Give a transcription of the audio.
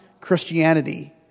Christianity